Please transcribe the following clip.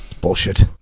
bullshit